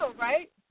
right